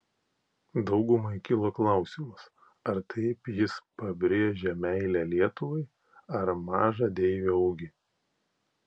daugumai kilo klausimas ar taip jis pabrėžė meilę lietuvai ar mažą deivio ūgį